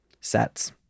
sets